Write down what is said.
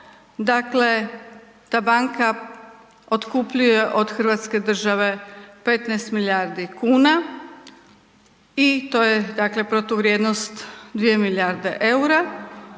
dakle, ta banka otkupljuje od hrvatske države 15 milijardi kuna i to je dakle protuvrijednost 2 milijarde eura.